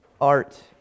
art